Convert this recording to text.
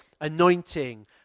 anointing